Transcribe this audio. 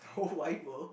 whole white world